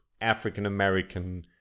African-American